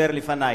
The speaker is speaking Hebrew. בגזענות.